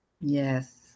Yes